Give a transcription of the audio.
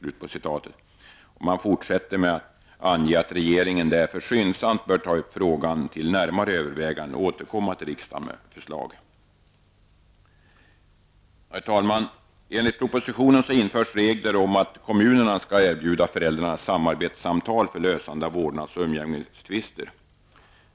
Utskottet fortsätter: ''Regeringen bör därför skyndsamt ta upp frågan till närmare överväganden och därefter återkomma med förslag till riksdagen.'' Herr talman! Enligt propositionen införs regler om att kommunerna skall erbjuda föräldrarna samarbetssamtal för lösande av vårdnads och umgängestvister.